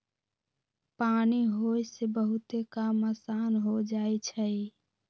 पानी होय से बहुते काम असान हो जाई छई